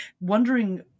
wondering